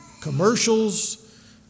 commercials